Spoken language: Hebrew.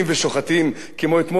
כמו אתמול בסיני,